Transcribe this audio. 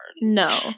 No